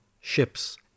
ships